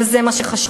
וזה מה שחשוב,